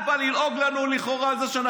לפני שליברמן מסמן לך.